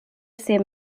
ses